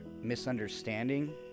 misunderstanding